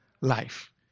life